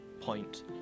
point